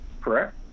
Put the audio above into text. Correct